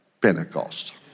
Pentecost